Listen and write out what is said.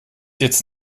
jetzt